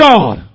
God